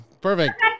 Perfect